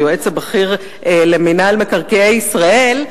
היועץ הבכיר למינהל מקרקעי ישראל,